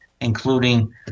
including